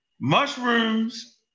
Mushrooms